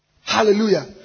Hallelujah